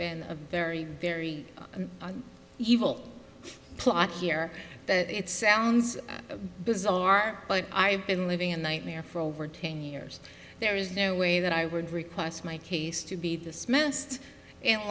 been a very very evil plot here that it sounds bizarre but i've been living a nightmare for over ten years there is no way that i would request my case to be this messed